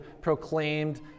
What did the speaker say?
proclaimed